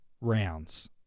rounds